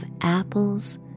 apples